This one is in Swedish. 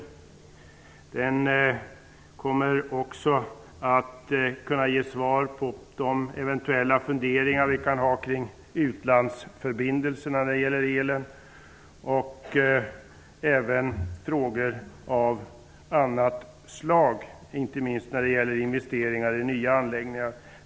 Kommissionen kommer också att kunna ge svar när det gäller eventuella funderingar kring utlandsförbindelserna och elen och kring frågor av annat slag -- inte minst gäller det då investeringar i nya anläggningar.